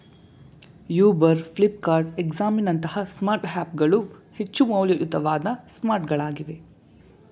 Uber, Flipkart, ಎಕ್ಸಾಮಿ ನಂತಹ smart app ಗಳು ಹೆಚ್ಚು ಮೌಲ್ಯಯುತವಾದ ಸ್ಮಾರ್ಟ್ಗಳಾಗಿವೆ